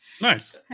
Nice